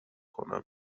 کنم